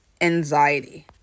anxiety